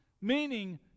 meaning